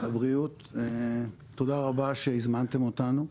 תודה רבה שהזמנתם אותנו,